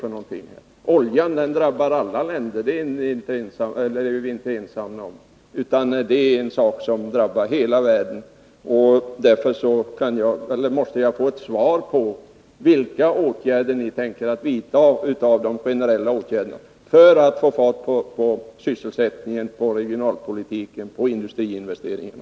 Beträffande oljan drabbas alla länder — där är vi inte ensamma. Jag måste få svar på frågan om vilka generella åtgärder ni tänker vidta för att få fart på sysselsättning, regionalpolitik och industriinvesteringar.